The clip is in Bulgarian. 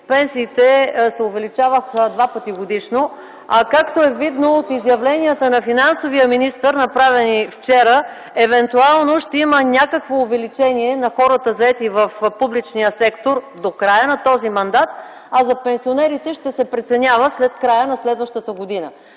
пенсиите се увеличаваха два пъти годишно, а както е видно от изявленията на финансовия министър, направени вчера, евентуално ще има някакво увеличение на хората, заети в публичния сектор до края на този мандат, а за пенсионерите ще се преценява след края на следващата година.